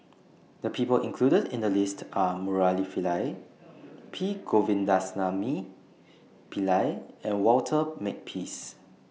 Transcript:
The People included in The list Are Murali Pillai P Govindasamy Pillai and Walter Makepeace